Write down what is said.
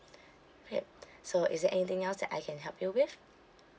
yup so is there anything else that I can help you with